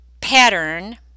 pattern